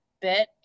bit